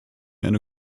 eine